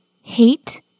hate